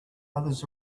others